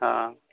অঁ